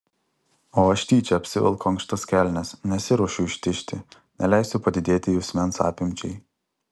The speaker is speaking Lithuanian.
o aš tyčia apsivelku ankštas kelnes nesiruošiu ištižti neleisiu padidėti juosmens apimčiai